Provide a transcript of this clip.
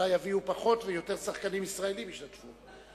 אולי יביאו פחות, ויותר שחקנים ישראלים ישתתפו.